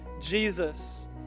Jesus